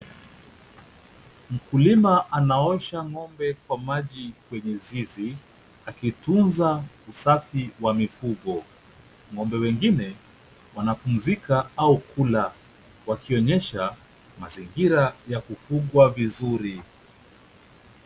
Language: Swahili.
Mkulima anaosha ng'ombe kwa maji kwenye zizi, akitunza usafi wa mifugo. Ng'ombe wengine wanapumzika au kula wakionyesha mazingira ya kufugwa vizuri.